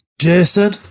Jason